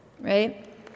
Right